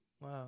Wow